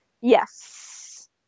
Yes